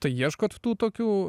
tai ieškot tų tokių